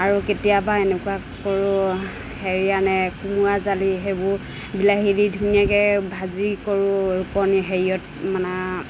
আৰু কেতিয়াবা এনেকুৱা কৰোঁ হেৰি আনে কোমোৰা জালি সেইবোৰ বিলাহী দি ধুনীয়াকৈ ভাজি কৰোঁ ৰোকনী হেৰিয়ত মানে